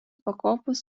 pakopos